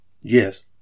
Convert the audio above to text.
Yes